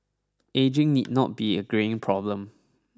ageing need not be a greying problem